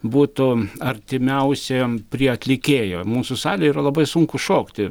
būtų artimiausia prie atlikėjo mūsų salėj yra labai sunku šokti